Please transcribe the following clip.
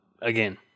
Again